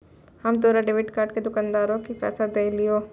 हम तोरा debit card से दुकानदार के पैसा देलिहों